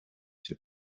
ses